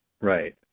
Right